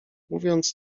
mówiąc